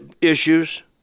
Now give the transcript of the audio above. issues